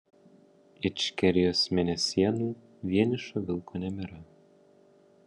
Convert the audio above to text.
ičkerijos mėnesienų vienišo vilko nebėra